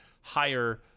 higher